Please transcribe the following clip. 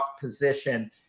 position